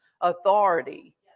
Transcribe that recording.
authority